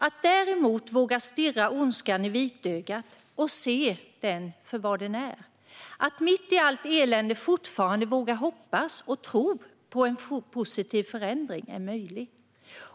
Att däremot våga stirra ondskan i vitögat och se den för vad den är, att mitt i allt elände fortfarande våga hoppas och tro på att en positiv förändring fortfarande är möjlig .